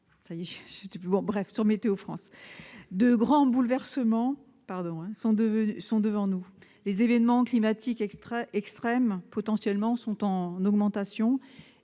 relatif à Météo France. De grands bouleversements sont devant nous. Les événements climatiques extrêmes sont en augmentation,